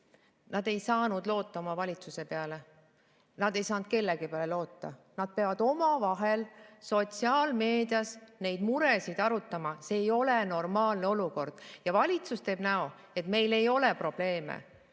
Nad ei saanud loota oma valitsuse peale. Nad ei saanud kellegi peale loota. Nad peavad omavahel sotsiaalmeedias neid muresid arutama. See ei ole normaalne olukord. Ja valitsus teeb näo, et meil ei ole probleeme